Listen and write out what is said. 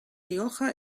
rioja